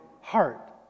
heart